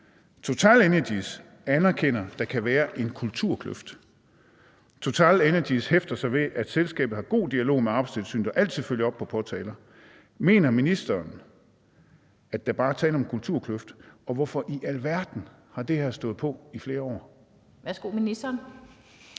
TotalEnergies anerkender, at der kan være en kulturkløft. TotalEnergies hæfter sig ved, at selskabet har en god dialog med Arbejdstilsynet og altid følger op på påtaler. Mener ministeren, at der bare er tale om en kulturkløft, og hvorfor i alverden har det her stået på i flere år?